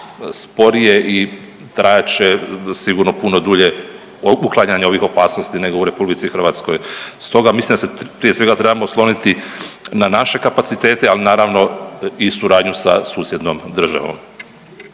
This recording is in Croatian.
sporije i trajat će sigurno puno dulje uklanjanje ovih opasnosti nego u RH. Stoga mislim da se prije svega trebamo osloniti na naše kapacitete, ali naravno i suradnju sa susjednom državom.